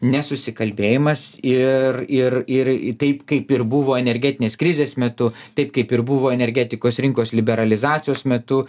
nesusikalbėjimas ir ir ir taip kaip ir buvo energetinės krizės metu taip kaip ir buvo energetikos rinkos liberalizacijos metu